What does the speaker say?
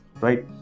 right